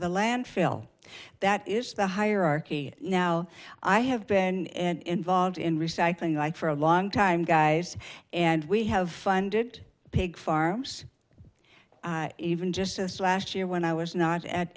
the landfill that is the hierarchy now i have been involved in recycling like for a long time guys and we have funded pig farms even just last year when i was not at